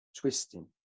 twisting